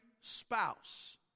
spouse